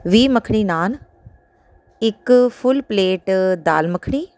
ਵੀਹ ਮੱਖਣੀ ਨਾਨ ਇੱਕ ਫੁੱਲ ਪਲੇਟ ਦਾਲ ਮੱਖਣੀ